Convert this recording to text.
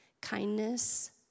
kindness